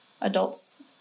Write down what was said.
adults